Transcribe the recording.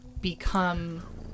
become